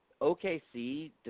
OKC